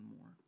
more